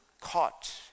caught